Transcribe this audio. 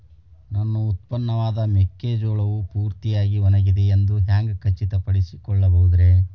ನನ್ನ ಉತ್ಪನ್ನವಾದ ಮೆಕ್ಕೆಜೋಳವು ಪೂರ್ತಿಯಾಗಿ ಒಣಗಿದೆ ಎಂದು ಹ್ಯಾಂಗ ಖಚಿತ ಪಡಿಸಿಕೊಳ್ಳಬಹುದರೇ?